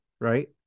right